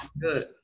Good